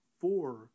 four